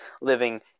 living